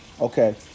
okay